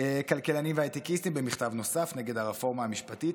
כלכלנים והייטקיסטים במכתב נוסף נגד הרפורמה המשפטית,